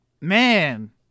man